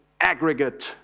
aggregate